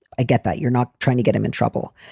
i get that you're not trying to get him in trouble.